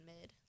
mid